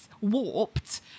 warped